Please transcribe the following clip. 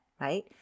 right